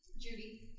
Judy